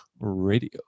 Radio